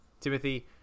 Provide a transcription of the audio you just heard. Timothy